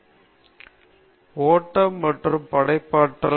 எனவே நீங்கள் எனவே நீங்கள் இயற்கையிலிருந்து தூண்டுதலையும் கூட பரவாயில்லை